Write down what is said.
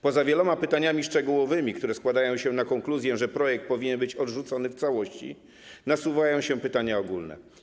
Poza wieloma pytaniami szczegółowymi, które składają się na konkluzję, że projekt powinien być odrzucony w całości, nasuwają się pytania ogólne.